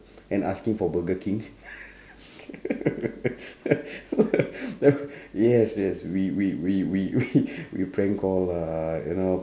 and asking for burger king so uh ya yes yes we we we we we prank call uh you know